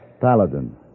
Paladin